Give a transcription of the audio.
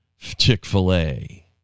Chick-fil-A